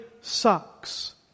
sucks